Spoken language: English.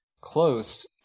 close